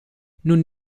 nun